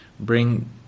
Bring